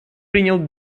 принял